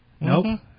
Nope